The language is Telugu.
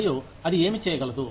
మరియు అది ఏమి చేయగలదు